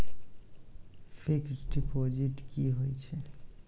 Fixed deposit की होय छै?